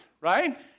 right